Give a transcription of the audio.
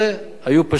היו פשוט,